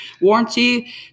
Warranty